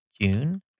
june